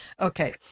Okay